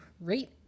rate